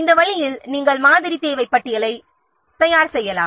இந்த வழியில் நாம் மாதிரி தேவை பட்டியலை தயார் செய்யலாம்